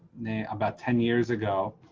named about ten years ago.